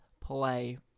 play